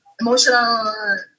emotional